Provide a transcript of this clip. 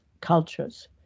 cultures